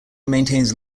maintains